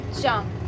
jump